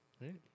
Right